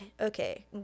okay